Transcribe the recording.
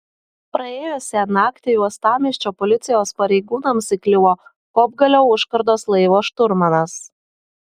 praėjusią naktį uostamiesčio policijos pareigūnams įkliuvo kopgalio užkardos laivo šturmanas